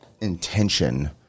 intention